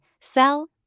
sell